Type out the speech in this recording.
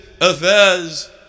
affairs